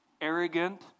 arrogant